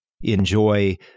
enjoy